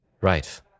Right